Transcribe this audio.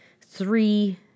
three